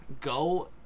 Go